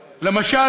למשל,